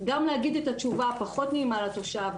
גם להגיד את התשובה הפחות נעימה לתושב.